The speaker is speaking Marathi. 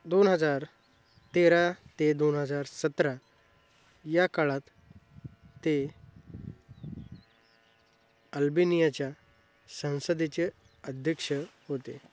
दोन हजार तेरा ते दोन हजार सतरा या काळात ते अल्बेनियाच्या संसदेचे अध्यक्ष होते